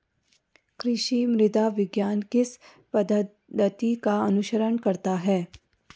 कृषि मृदा विज्ञान किस पद्धति का अनुसरण करता है?